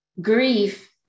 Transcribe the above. Grief